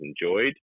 enjoyed